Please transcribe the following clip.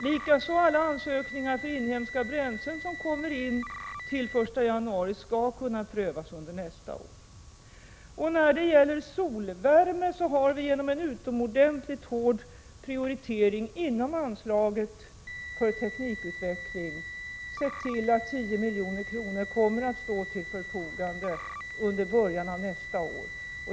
Likaså skall alla ansökningar beträffande inhemska bränslen som kommer in till den 1 januari kunna prövas under nästa år. När det gäller solvärme har vi genom en oerhört hård prioritering inom anslaget för teknikutveckling sett till att 10 milj.kr. kommer att stå till förfogande under början av nästa år.